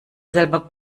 selber